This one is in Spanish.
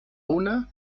una